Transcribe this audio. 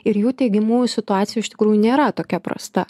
ir jų teigimu situacija iš tikrųjų nėra tokia prasta